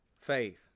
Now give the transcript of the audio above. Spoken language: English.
faith